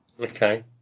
okay